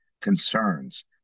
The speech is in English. concerns